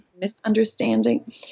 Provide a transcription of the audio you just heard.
misunderstanding